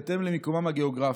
בהתאם למיקומם הגיאוגרפי,